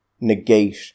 negate